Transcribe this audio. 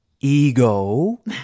ego